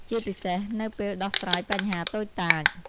ជាពិសេសនៅពេលដោះស្រាយបញ្ហាតូចតាច។